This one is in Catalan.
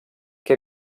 que